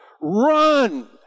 run